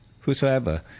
whosoever